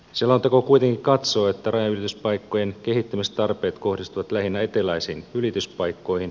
selonteko kuitenkin katsoo että rajanylityspaikkojen kehittämistarpeet kohdistuvat lähinnä eteläisiin ylityspaikkoihin